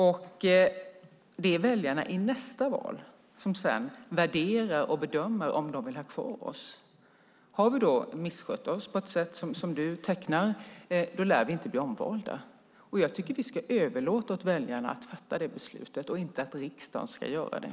Och det är väljarna i nästa val som sedan värderar och bedömer om de vill ha kvar oss. Har vi då misskött oss på ett sätt som du tecknar lär vi inte bli omvalda. Och jag tycker att vi ska överlåta till väljarna att fatta det beslutet och inte att riksdagen ska göra det.